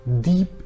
deep